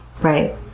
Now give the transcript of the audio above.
Right